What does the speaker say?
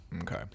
Okay